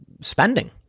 spending